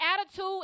attitude